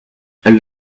and